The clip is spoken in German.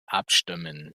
abstimmen